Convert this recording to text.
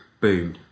boom